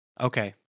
okay